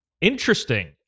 Interesting